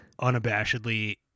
unabashedly